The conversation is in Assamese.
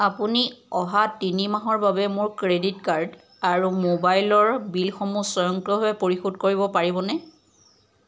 আপুনি অহা তিনি মাহৰ বাবে মোৰ ক্ৰেডিট কাৰ্ড আৰু মোবাইলৰ বিলসমূহ স্বয়ংক্ৰিয়ভাৱে পৰিশোধ কৰিব পাৰিবনে